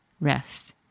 rest